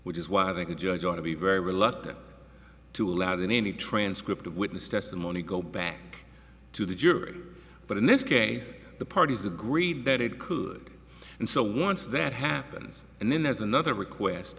which is why i think a judge ought to be very reluctant to allow any transcript of witness testimony go back to the jury but in this case the parties agreed that it could and so once that happens and then there's another request